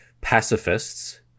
pacifists